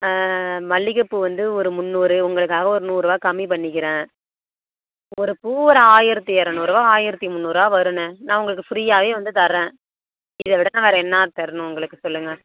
மல்லிகைப்பூ வந்து ஒரு முன்னூறு உங்களுக்காக ஒரு நூறுபா கம்மி பண்ணிக்கிறேன் ஒரு பூ ஒரு ஆயிரத்தி இரநூறுவா ஆயிரத்தி முன்னூறுவா வருண்ணே நான் உங்களுக்கு ஃப்ரீயாகவே வந்து தர்றேன் இதைவிட நான் வேறு என்ன தரணும் உங்களுக்கு சொல்லுங்க